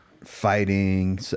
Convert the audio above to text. fighting